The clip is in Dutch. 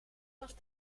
was